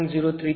03 છે